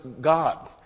God